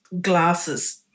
glasses